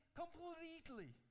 completely